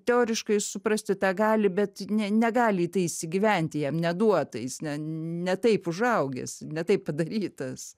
teoriškai suprasti tą gali bet ne negali tai įsigyventi jam neduota jis ne taip užaugęs ne taip padarytas